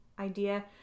idea